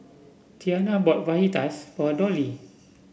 Tianna bought Fajitas for Dolly